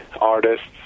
artists